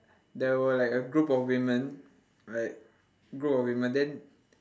there were like a group of women like group of women then